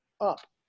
up